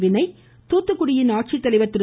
வினய் தூத்துக்குடியில் ஆட்சித்தலைவர் திரு